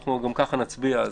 ואנחנו גם ככה נצביע.